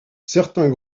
certains